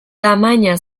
tamaina